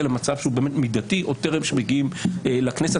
למצב שהוא באמת מידתי טרם שמגיעים לכנסת.